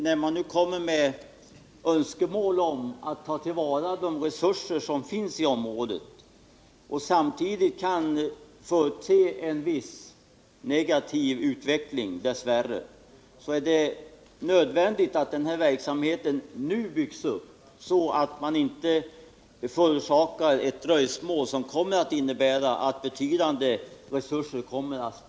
När man nu kommer med önskemål om att de resurser som finns i området skall tillvaratas menar jag, att det är nödvändigt att denna verksamhet byggs upp nu, så att inte ett dröjsmål förorsakas, vilket kan komma att innebära att betydande resurser spolieras.